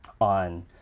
on